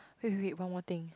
wait wait wait one more thing